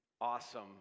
awesome